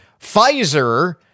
Pfizer